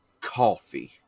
coffee